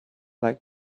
like